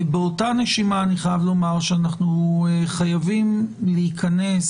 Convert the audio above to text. באותה נשימה אני חייב לומר שאנחנו חייבים להיכנס,